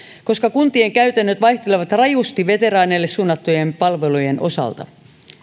koska kuntien käytännöt vaihtelevat rajusti veteraaneille suunnattujen palvelujen osalta